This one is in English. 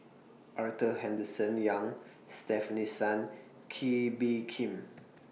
Arthur Henderson Young Stefanie Sun Kee Bee Khim